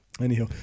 anyhow